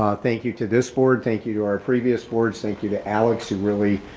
um thank you to this board. thank you to our previous boards. thank you to alex who really